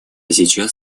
сейчас